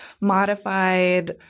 modified